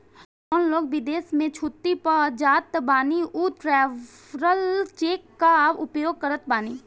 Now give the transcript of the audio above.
जवन लोग विदेश में छुट्टी पअ जात बाने उ ट्रैवलर चेक कअ उपयोग करत बाने